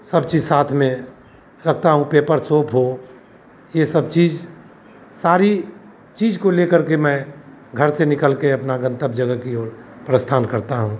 सब चीज़ साथ में रखता हूँ पेपर सोप हो यह सब चीज़ सारी चीज़ को ले करके मैं घर से निकलके अपना गन्तव्य जगह की ओर प्रस्थान करता हूँ